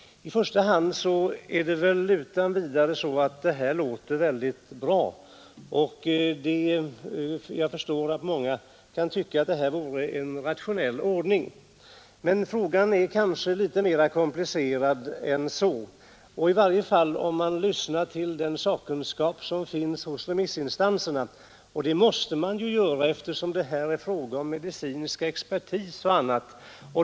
I första ögonblicket låter ju detta krav mycket förnuftigt, och jag förstår att många kan tycka att detta vore en rationell ordning. Men frågan är kanske litet mera komplicerad än så. I varje fall framgår det om man lyssnar på den sakkunskap som finns hos remissinstanserna, och det måste man göra eftersom det här bl.a. krävs medicinsk expertis.